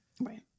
Right